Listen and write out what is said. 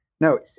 no